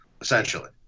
essentially